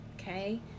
okay